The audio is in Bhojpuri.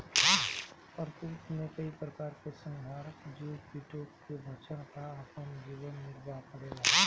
प्रकृति मे कई प्रकार के संहारक जीव कीटो के भक्षन कर आपन जीवन निरवाह करेला का?